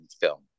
film